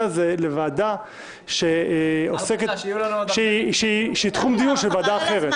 הזה לוועדה שהיא תחום דיון של ועדה אחרת.